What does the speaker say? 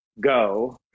go